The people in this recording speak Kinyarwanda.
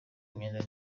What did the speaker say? imyenda